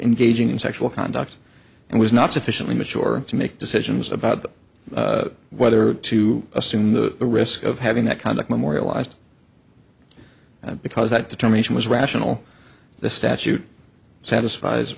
engaging in sexual conduct and was not sufficiently mature to make decisions about them whether to assume the risk of having that conduct memorialized because that determination was rational the statute satisfies